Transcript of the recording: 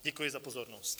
Děkuji za pozornost.